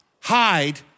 hide